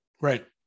Right